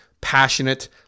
passionate